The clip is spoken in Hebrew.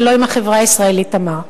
ולא עם החברה הישראלית "תמר".